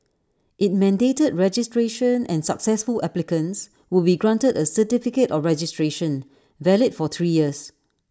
IT mandated registration and successful applicants would be granted A certificate of registration valid for three years